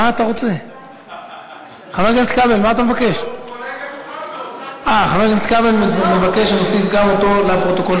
הצעת חוק הגבלת גישה לאתר אינטרנט לשם מניעת ביצוע עבירות,